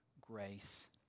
grace